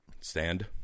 Stand